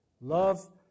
Love